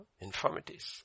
infirmities